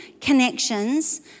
connections